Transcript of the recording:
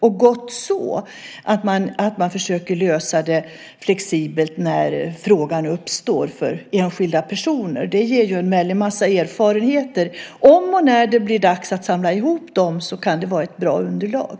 Och det är gott så, att man försöker lösa det flexibelt när frågan uppstår för enskilda personer. Det ger en väldig massa erfarenheter. Om och när det blir dags att samla ihop dem kan det vara ett bra underlag.